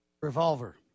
Revolver